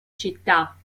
città